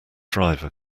driver